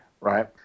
Right